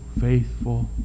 faithful